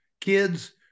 kids